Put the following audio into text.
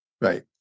Right